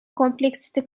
complexity